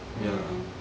mm